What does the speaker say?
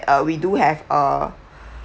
uh we do have a